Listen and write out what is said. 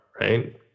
right